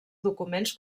documents